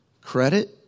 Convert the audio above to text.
credit